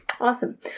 awesome